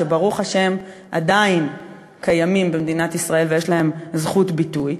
שברוך השם עדיין קיימים במדינת ישראל ויש להם זכות ביטוי,